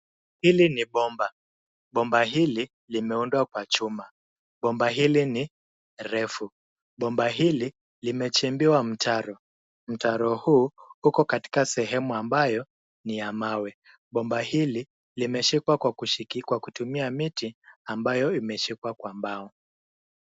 Hili ni bomba. Bomba hili limeundwa kwa chuma. Bomba hili ni refu. Bomba hili limechimbiwa mtaro. Mtaro huu uko katika sehemu ambayo ni ya mawe. Bomba hili limeshikwa kwa kutumia miti ambayo imeshikwa kwa mbao.